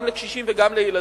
גם לקשישים וגם לילדים,